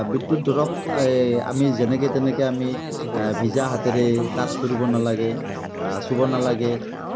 বিদ্যুৎ ধৰক এই যেনেকে তেনেকে আমি ভিজা হাতেৰে টাচ্ছ কৰিব নালাগে চুব নালাগে